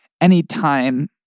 anytime